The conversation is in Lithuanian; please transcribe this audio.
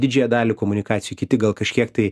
didžiąją dalį komunikacijų kiti gal kažkiek tai